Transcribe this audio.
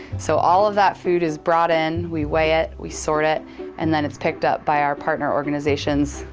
so all of that food is brought in, we weigh it, we sort it and then it's picked up by our partner organisations.